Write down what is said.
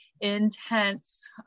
intense